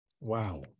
Wow